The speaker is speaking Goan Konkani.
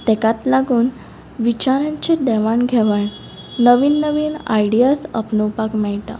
ताकाच लागून विचारांचें देवण घेवण नवीन नवीन आयडियाज आपणावपाक मेळटा